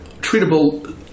treatable